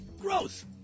Gross